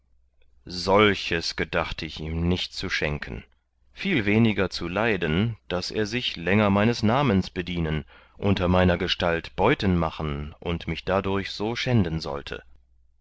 solches gedachte ich ihm nicht zu schenken viel weniger zu leiden daß er sich länger meines namens bedienen unter meiner gestalt beuten machen und mich dadurch so schänden sollte